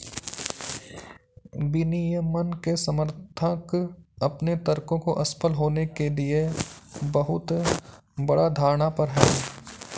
विनियमन के समर्थक अपने तर्कों को असफल होने के लिए बहुत बड़ा धारणा पर हैं